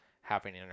happening